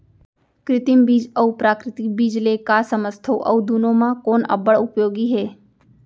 कृत्रिम बीज अऊ प्राकृतिक बीज ले का समझथो अऊ दुनो म कोन अब्बड़ उपयोगी हे?